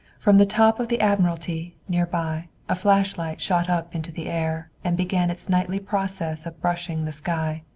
from the top of the admiralty, near by, a flashlight shot up into the air and began its nightly process of brushing the sky.